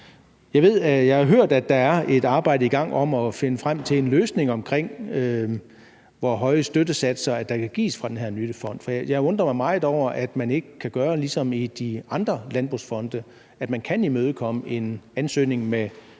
Jeg har hørt, at der er et arbejde i gang om at finde frem til en løsning, med hensyn til hvor høje støttesatser der kan gives fra den her fond. For jeg undrer mig meget over, at man ikke kan gøre ligesom i de andre landbrugsfonde, altså at man kan imødekomme en ansøgning med